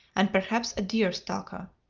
and perhaps a deer-stalker.